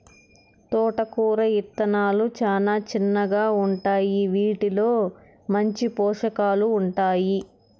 తోటకూర ఇత్తనాలు చానా చిన్నగా ఉంటాయి, వీటిలో మంచి పోషకాలు ఉంటాయి